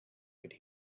could